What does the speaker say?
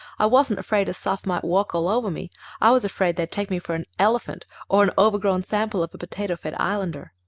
i wasn't afraid a soph might walk over me i was afraid they'd take me for an elephant, or an overgrown sample of a potato-fed islander.